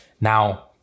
Now